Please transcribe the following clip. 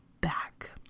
back